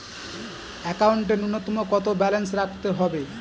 একাউন্টে নূন্যতম কত ব্যালেন্স রাখতে হবে?